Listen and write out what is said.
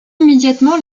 immédiatement